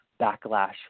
backlash